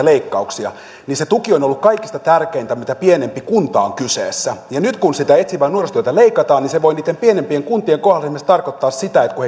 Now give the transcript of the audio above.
leikkauksia niin se tuki on ollut kaikista tärkeintä mitä pienempi kunta on kyseessä nyt kun sitä etsivää nuorisotyötä leikataan niin se voi niiden pienempien kuntien kohdalla esimerkiksi tarkoittaa sitä että kun